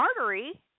artery